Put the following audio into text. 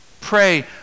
Pray